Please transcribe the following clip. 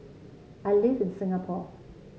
I live in Singapore